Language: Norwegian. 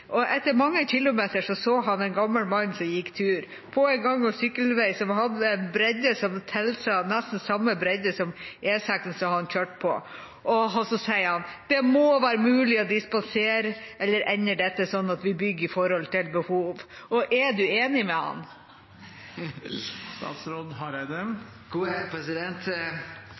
Etter mange kilometer så han en gammel mann som gikk tur på en gang- og sykkelvei som hadde en bredde som nesten tilsvarte bredden på E6-en som han kjørte på. Så sier han: Det må være mulig å dispensere. Eller ender dette sånn at vi ikke bygger i forhold til behov? Er statsråden enig med